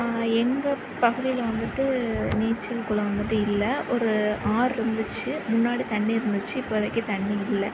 எங்கள் பகுதியில் வந்துட்டு நீச்சல் குளம் வந்துட்டு இல்லை ஒரு ஆறு இருந்துச்சு முன்னாடி தண்ணி இருந்துச்சு இப்போதைக்கு தண்ணி இல்லை